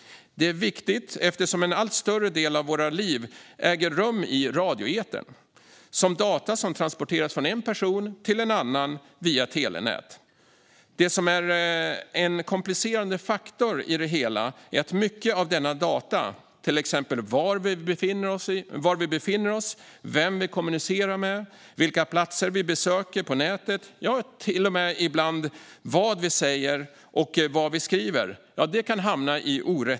Det är viktigt eftersom en allt större del av våra liv äger rum i radioetern, som data som transporteras från en person till en annan via telenät. En komplicerande faktor i det hela är att mycket data kan hamna i orätta händer, till exempel var vi befinner oss, vem vi kommunicerar med, vilka platser vi besöker på nätet, ja, ibland till och med vad vi säger och vad vi skriver.